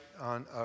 on